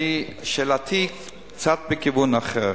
שאלתי קצת בכיוון אחר: